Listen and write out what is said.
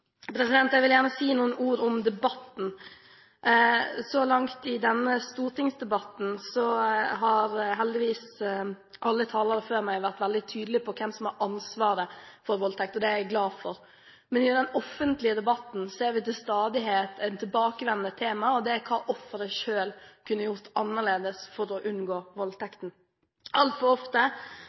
utendørs. Jeg vil gjerne si noen ord om debatten. Så langt i denne stortingsdebatten har heldigvis alle talere før meg vært veldig tydelig på hvem som har ansvaret for voldtekt. Det er jeg glad for. Men i den offentlige debatten ser vi til stadighet et tilbakevendende tema, og det er hva offeret selv kunne gjort annerledes for å unngå voldtekten. Altfor ofte